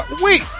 Wait